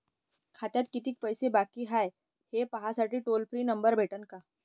खात्यात कितीकं पैसे बाकी हाय, हे पाहासाठी टोल फ्री नंबर भेटन का?